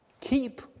Keep